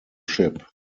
ship